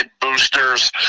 boosters